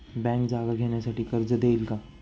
Bank जागा घेण्यासाठी कर्ज देईल का?